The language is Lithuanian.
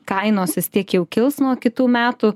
kainos vis tiek jau kils nuo kitų metų